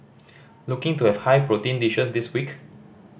looking to have high protein dishes this week